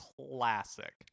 classic